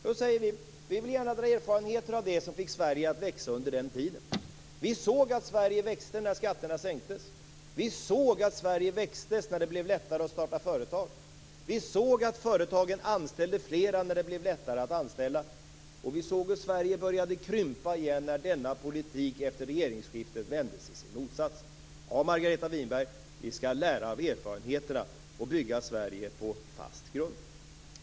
Vi säger att vi gärna vill dra erfarenheter av det som fick Sverige att växa under den tiden. Vi såg att Sverige växte när skatterna sänktes. Vi såg att Sverige växte när det blev lättare att starta företag. Vi såg att företagen anställde fler när det blev lättare att anställa. Men vi såg också hur Sverige började krympa igen när denna politik efter regeringsskiftet vändes i sin motsats. Ja, Margareta Winberg, vi skall lära av erfarenheterna och bygga Sverige på fast grund.